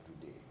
today